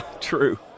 True